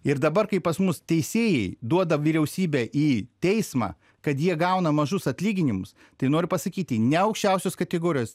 ir dabar kai pas mus teisėjai duoda vyriausybę į teismą kad jie gauna mažus atlyginimus tai noriu pasakyti ne aukščiausios kategorijos